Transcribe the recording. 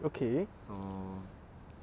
okay